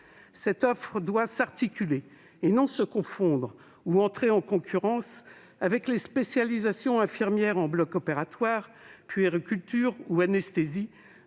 Cette offre doit s'articuler et non se confondre ou entrer en concurrence avec les spécialisations infirmières en bloc opératoire, puériculture ou anesthésie,